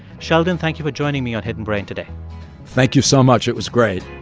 sheldon, thank you for joining me on hidden brain today thank you so much. it was great